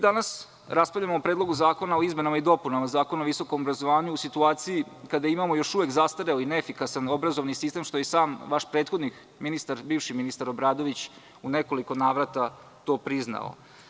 Danas raspravljamo o Predlogu zakona o izmenama i dopunama Zakona o visokom obrazovanju u situaciji kada imamo još uvek zastareli i neefikasan obrazovni sistem, što je i sam prethodni ministar Obradović u nekoliko navrata priznao.